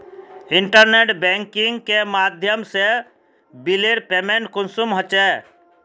Internet banking के माध्यम से बिलेर पेमेंट कुंसम होचे?